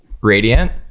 radiant